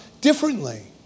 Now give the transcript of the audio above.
differently